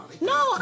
No